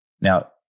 Now